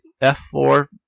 F-4